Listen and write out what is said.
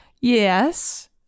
Yes